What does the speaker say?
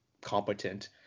competent